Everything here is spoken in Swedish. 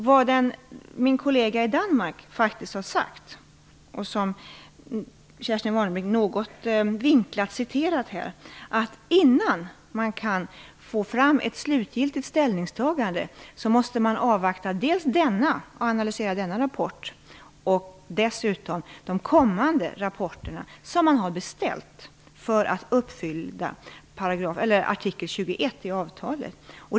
Vad min kollega i Danmark har sagt och som Kerstin Warnerbring något vinklat har refererat är att man, innan man kan få fram ett slutgiltigt ställningstagande, måste avvakta och analysera dels denna rapport, dels de kommande rapporter som man har beställt för att uppfylla artikel 21 i avtalet.